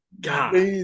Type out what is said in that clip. god